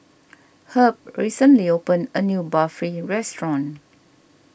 Herb recently opened a new Barfi restaurant